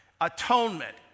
atonement